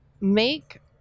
make